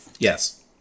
Yes